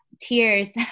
tears